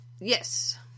Yes